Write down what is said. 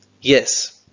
yes